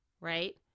Right